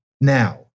now